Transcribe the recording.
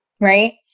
Right